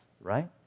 right